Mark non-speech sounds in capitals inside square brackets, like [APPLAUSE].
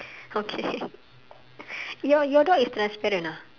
okay [LAUGHS] your your door is transparent ah